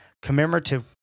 commemorative